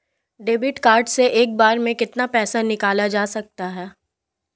Debit card से एक बार में कितना पैसा निकाला जा सकता है?